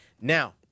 Now